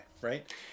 right